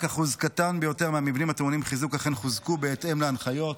רק אחוז קטן ביותר מהמבנים הטעונים חיזוק אכן חוזקו בהתאם להנחיות,